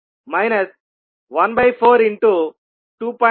5V0 2V08 0